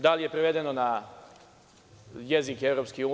Da li je prevedeno na jezik EU?